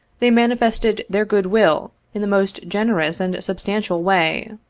they manifested their good will in the most gener ous and substantial way.